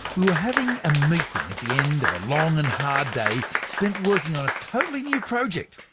were having a meeting at the end of a long and hard day spent working on a totally new project,